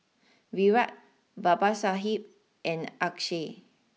Virat Babasaheb and Akshay